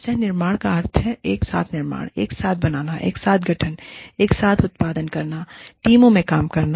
सह निर्माण का अर्थ है एक साथ निर्माण एक साथ बनाना एक साथ गठन एक साथ उत्पादन करना टीमों में काम करना